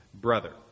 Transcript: brother